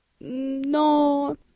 No